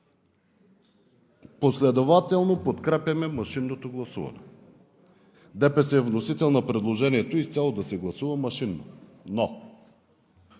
последователно подкрепяме машинното гласуване. ДПС е вносител на предложението изцяло да се гласува машинно, но